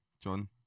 John